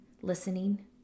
listening